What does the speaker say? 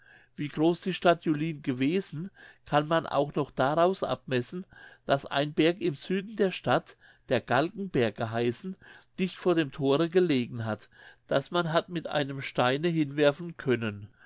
wie groß die stadt julin gewesen kann man auch noch daraus abmessen daß ein berg im süden der stadt der galgenberg geheißen dicht vor dem thore gelegen hat daß man hat mit einem steine hinwerfen können